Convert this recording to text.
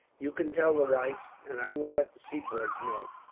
you can tell the whites, and i will let the sepoys know,